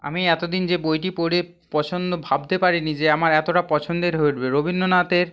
আমি এতদিন যে বইটি পড়ে পছন্দ ভাবতে পারিনি যে আমার এতটা পছন্দের হয়ে উঠবে রবীন্দ্রনাথের